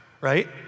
right